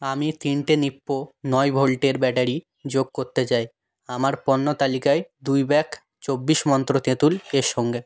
আমি তিনটে নিপ্পো নয় ভোল্টের ব্যাটারি যোগ করতে চাই আমার পণ্য তালিকায় দুই ব্যাগ চব্বিশ মন্ত্র তেঁতুল এর সঙ্গে